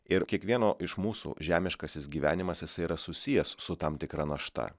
ir kiekvieno iš mūsų žemiškasis gyvenimas jisai yra susijęs su tam tikra našta